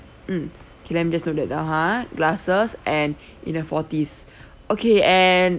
mm okay let me just note that down ha glasses and in the forties okay and